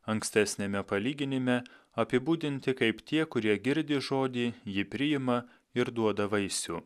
ankstesniame palyginime apibūdinti kaip tie kurie girdi žodį jį priima ir duoda vaisių